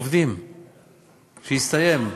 עובדים, כשיסתיים.